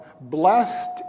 blessed